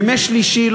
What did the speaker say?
ימי שלישי,